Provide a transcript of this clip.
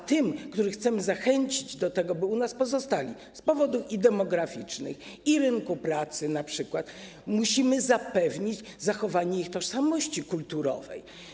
A tym, których chcemy zachęcić, by u nas pozostali z powodów demograficznych i rynku pracy na przykład, musimy zapewnić zachowanie ich tożsamości kulturowej.